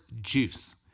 Juice